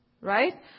right